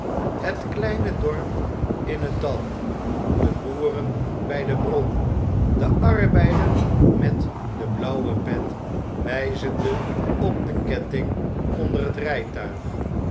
net kleine dorp in het dal de boeren bg de bron de arbeider met de blauwe pet wgzende op den ketting onder het rgtuig